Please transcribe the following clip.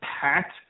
Pat